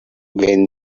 when